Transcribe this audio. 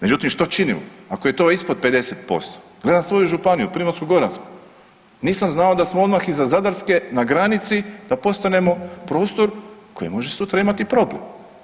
Međutim što činimo, ako je to ispod 50%, gledam svoju županiju Primorsko-goransku nisam znao da smo odmah iza Zadarske na granici da postanemo prostor koji može sutra imati problem.